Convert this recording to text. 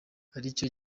aricyo